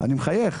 אני מחייך.